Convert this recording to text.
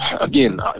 Again